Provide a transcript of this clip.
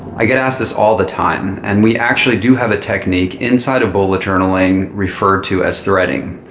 i get asked this all the time, and we actually do have a technique inside of bullet journaling referred to as threading.